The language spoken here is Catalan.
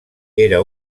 era